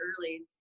early